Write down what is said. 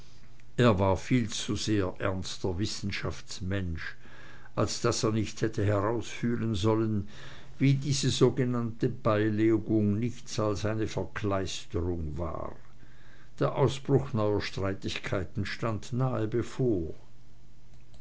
er war viel zu sehr ernster wissenschaftsmensch als daß er nicht hätte herausfühlen sollen wie diese sogenannte beilegung nichts als eine verkleisterung war der ausbruch neuer streitigkeiten stand nahe bevor